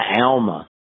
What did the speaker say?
Alma